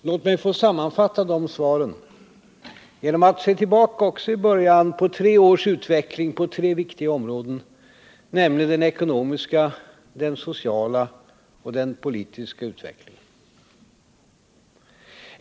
Låt mig få sammanfatta de svaren genom att se tillbaka på tre års utveckling på tre viktiga områden, nämligen den ekonomiska, den sociala och den politiska utvecklingen.